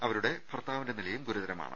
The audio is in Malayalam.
ഇവരുടെ ഭർത്താ വിന്റെ നിലയും ഗുരുതരമാണ്